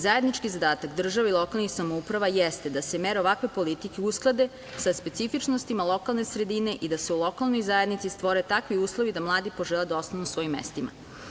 Zajednički zadatak države i lokalnih samouprava jeste da se mere ovakve politike usklade sa specifičnostima lokalne sredine i da se u lokalnoj zajednici stvore takvi uslovi da mladi požele da ostanu u svojim mestima.